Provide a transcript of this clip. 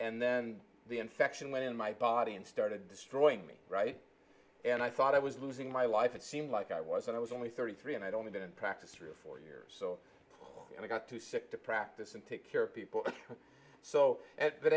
and then the infection went in my body and started destroying me right and i thought i was losing my life it seemed like i was i was only thirty three and i'd only been in practice three or four years so i got too sick to practice and take care of people so but